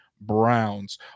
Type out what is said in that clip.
Browns